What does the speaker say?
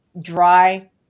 dry